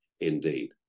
indeed